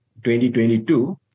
2022